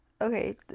okay